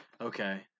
Okay